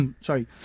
Sorry